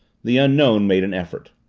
the unknown made an effort.